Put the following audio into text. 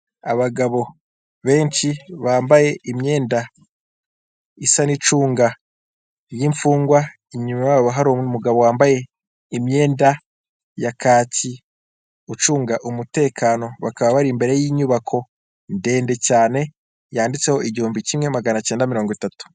Abagabo benshi bambaye imyenda isa n'icunga y'imfungwa, inyuma yabo hari umugabo wambaye imyenda ya kacyi ucunga umutekano, bakaba bari imbere y'inyubako ndende cyane yanditseho 1930.